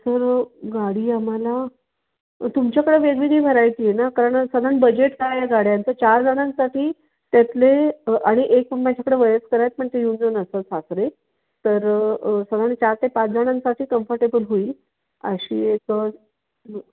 sir गाडी आम्हाला तुमच्याकडं वेगवेगळी व्हरायटी आहे ना कारण साधारण बजेट काय आहे गाड्यांचं चारजणांसाठी त्यातले आणि एक माझ्याकडे वयस्कर आहेत पण ते येऊन जाऊन असतात सारखे तर साधारण चार ते पाचजणांसाठी कम्फर्टेबल होईल अशी एक